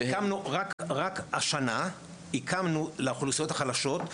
הקמנו רק השנה הקמנו לאוכלוסיות החלשות,